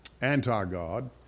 anti-God